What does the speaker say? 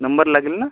number लागेल ना